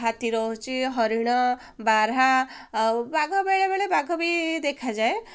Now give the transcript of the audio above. ହାତୀ ରହୁଛି ହରିଣ ବାରହା ଆଉ ବାଘ ବେଳେ ବେଳେ ବାଘ ବି ଦେଖାଯାଏ